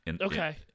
okay